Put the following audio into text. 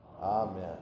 amen